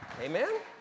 Amen